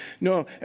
No